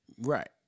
Right